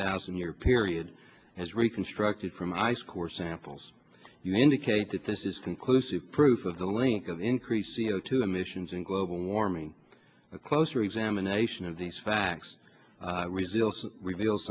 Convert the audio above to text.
thousand year period as reconstructed from ice core samples you indicate that this is conclusive proof of the link of increase e o two emissions and global warming a closer examination of these facts results reveal